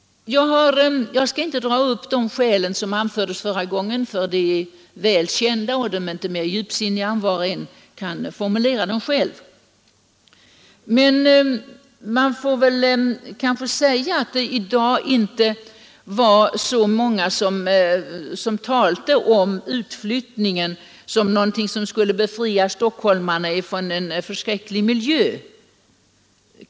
Jag skall inte dra upp de skäl som anfördes förra gången; de är väl kända, och de är inte mer djupsinniga än att var och en själv kan formulera dem. I dag talar inte många om utflyttningen såsom någonting som skulle befria stockholmarna från en förskräcklig miljö.